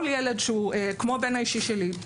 כל ילד שהוא כמו הבן האישי שלי,